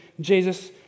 Jesus